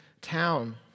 town